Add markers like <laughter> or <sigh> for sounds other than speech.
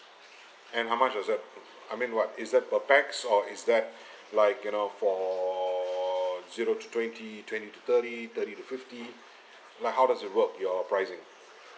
and how much is it I mean what is that per pax or is that <breath> like you know for zero to twenty twenty to thirty thirty to fifty like how does it work your pricing